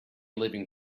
living